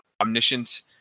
Omniscient